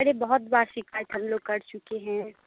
अरे बहुत बार शिकायत हम लोग कर चुके हैं